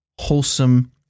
wholesome